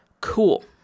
Cool